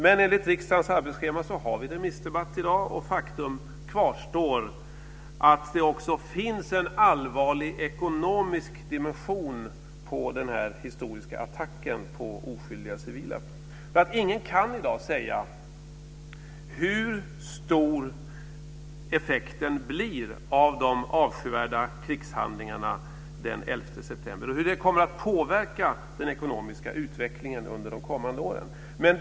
Men enligt riksdagens arbetsschema har vi remissdebatt i dag, och faktum kvarstår att det också finns en allvarlig ekonomisk dimension på denna historiska attack på oskyldiga civila. Ingen kan i dag säga hur stor effekten blir av de avskyvärda krigshandlingarna den 11 september och hur det kommer att påverka den ekonomiska utvecklingen under de kommande åren.